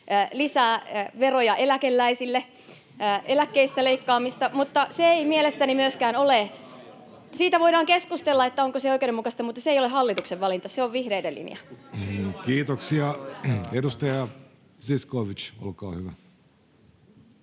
lisää veroja eläkeläisille, eläkkeistä leikkaamista. Mutta se ei mielestäni myöskään ole... Siitä voidaan keskustella, onko se oikeudenmukaista, mutta se ei ole hallituksen valinta. Se on vihreiden linja.